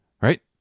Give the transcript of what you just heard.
right